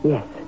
Yes